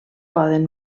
poden